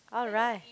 alright